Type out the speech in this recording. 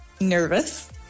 Nervous